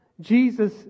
Jesus